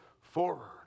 forward